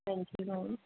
ਹਾਂਜੀ ਮੈਮ